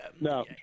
No